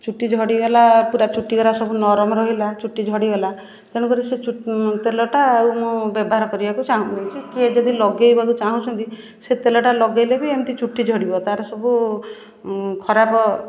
ଚୁଟି ଝଡ଼ିଗଲା ପୁରା ଚୁଟି ଗୁଡ଼ା ସବୁ ନରମ ରହିଲା ଚୁଟି ଝଡ଼ିଗଲା ତେଣୁକରି ସେ ଚୁଟି ତେଲଟା ଆଉ ମୁଁ ବ୍ୟବହାର କରିବାକୁ ଚାହୁଁନି କି କିଏ ଯଦି ଲଗେଇବାକୁ ଚାହୁଁଛନ୍ତି ସେ ତେଲଟା ଲଗେଇଲେ ବି ଏମିତି ଚୁଟି ଝଡ଼ିବ ତା'ର ସବୁ ଖରାପ